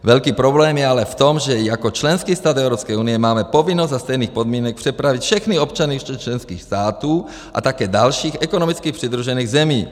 Velký problém je ale v tom, že jako členský stát Evropské unie máme povinnost za stejných podmínek přepravit všechny občany členských států a také dalších ekonomicky přidružených zemí.